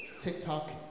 TikTok